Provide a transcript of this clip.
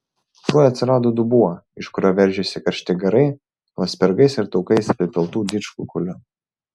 tuoj atsirado dubuo iš kurio veržėsi karšti garai nuo spirgais ir taukais apipiltų didžkukulių